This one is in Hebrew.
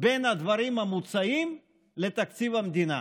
בין הדברים המוצעים לתקציב המדינה,